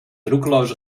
roekeloze